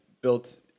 built